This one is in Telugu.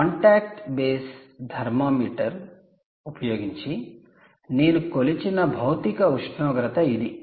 కాంటాక్ట్ బేస్డ్ థర్మామీటర్ ఉపయోగించి నేను కొలిచిన భౌతిక ఉష్ణోగ్రత ఇది